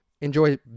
Enjoy